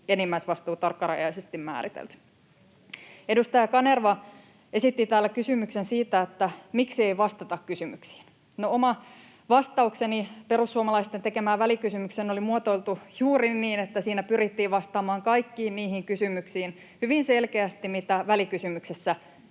enimmäisvastuu tarkkarajaisesti määritelty. Edustaja Kanerva esitti täällä kysymyksen, miksi ei vastata kysymyksiin. No, oma vastaukseni perussuomalaisten tekemään välikysymykseen oli muotoiltu juuri niin, että siinä pyrittiin vastaamaan hyvin selkeästi kaikkiin niihin kysymyksiin, mitä välikysymyksessä